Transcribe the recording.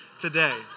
today